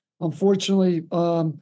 unfortunately